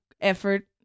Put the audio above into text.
effort